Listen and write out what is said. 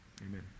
Amen